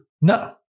No